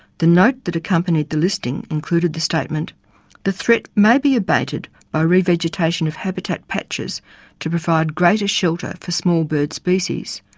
the note that accompanied the listing included the statement the threat may be abated by ah revegetation of habitat patches to provide greater shelter for small bird species,